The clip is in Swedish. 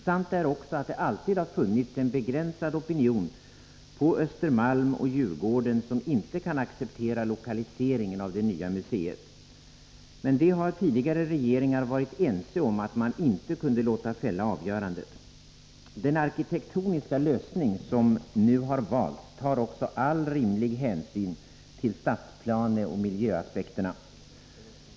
Sant är också att det alltid har funnits en begränsad opinion på Östermalm och Djurgården som inte kan acceptera lokaliseringen av det nya museet. Men tidigare regeringar har varit ense om att man inte kan låta detta förhållande fälla avgörandet. Den arkitektoniska lösning som nu har valts tar också all rimlig hänsyn till stadsplaneoch miljöaspekterna.